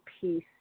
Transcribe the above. peace